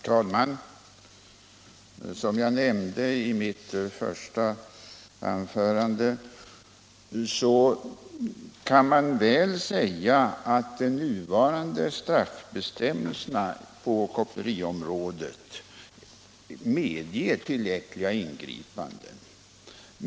Herr talman! Som jag nämnde i mitt första anförande kan man väl säga att de nuvarande straffbestämmelserna på koppleriområdet medger tillräckliga ingripanden.